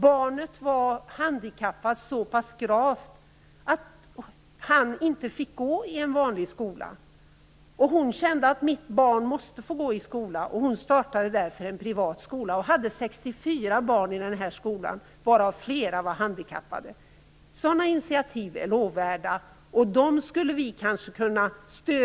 Barnet var så pass gravt handikappat att det inte fick gå i en vanlig skola. Hon kände att hennes barn måste få gå i skola, och hon startade därför en privat skola. Hon hade 64 barn i denna skola, varav flera var handikappade. Sådana initiativ är lovvärda, och dem skulle vi kanske kunna stödja.